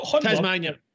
Tasmania